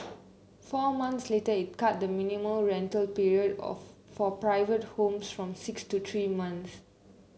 four months later it cut the minimum rental period of for private homes from six to three months